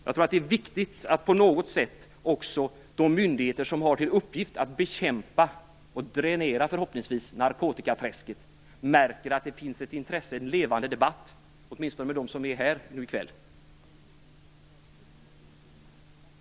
Jag tror att det är viktigt att de myndigheter som har till uppgift att bekämpa brottsligheten och förhoppningsvis dränera narkotikaträsket märker att det finns ett intresse och en levande debatt, åtminstone mellan dem som är här nu i kväll.